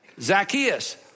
Zacchaeus